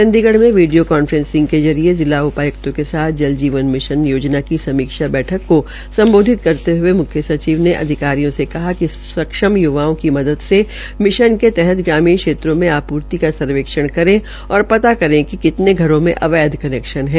चंडीगढ़ में video conferencing के माध्यम से जिला उपाय्क्तों के साथ जल जीवन मिशन योजना की समीक्षा बैठक को सम्बोधित करते हये मुख्यसचिव ने अधिकारियों से कहा कि सक्षम युवाओं की मदद से मिश्न के तहत ग्रामीण क्षेत्रो मे आपूर्ति का सर्वेक्षण करे और पता करे कि कितने घरों मे अवैध कनैक्शन है